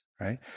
right